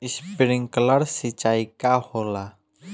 Sprinkler सिंचाई का होला?